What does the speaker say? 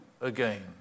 again